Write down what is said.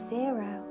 zero